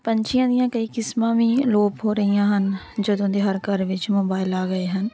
ਪੰਛੀਆਂ ਦੀਆਂ ਕਈ ਕਿਸਮਾਂ ਵੀ ਅਲੋਪ ਹੋ ਰਹੀਆਂ ਹਨ ਜਦੋਂ ਦੇ ਹਰ ਘਰ ਵਿੱਚ ਮੋਬਾਇਲ ਆ ਗਏ ਹਨ